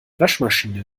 waschmaschine